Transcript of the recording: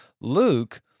Luke